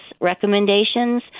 recommendations